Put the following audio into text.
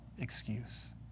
excuse